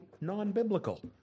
Non-biblical